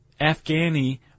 Afghani